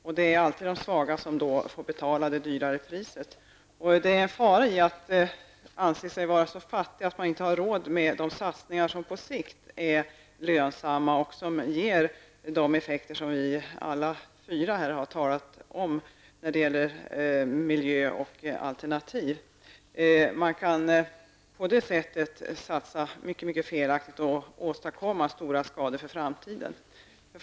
Och det är alltid de svaga som då får betala det högre priset. Det är en fara i att anse sig vara så fattig att man inte har råd med de satsningar som på sikt är lönsamma och som ger de effekter som vi alla fyra här har talat om när det gäller miljö och alternativ. Man kan på det sättet satsa mycket felaktigt och åstadkomma stora skador för framtiden.